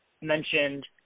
mentioned –